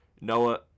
Noah